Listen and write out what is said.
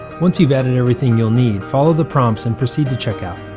once you've added everything you'll need, follow the prompts and proceed to checkout.